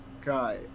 Guy